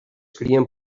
crien